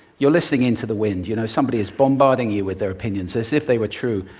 you're listening into the wind. you know, somebody is bombarding you with their opinions as if they were true.